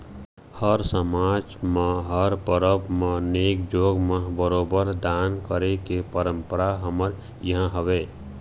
हर समाज म हर परब म नेंग जोंग म बरोबर दान करे के परंपरा हमर इहाँ हवय